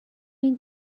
این